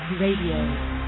Radio